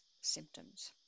symptoms